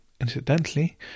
incidentally